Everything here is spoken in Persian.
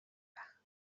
وقت